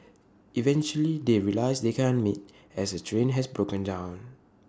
eventually they realise they can't meet as her train has broken down